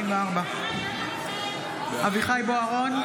בעד אביחי בוארון,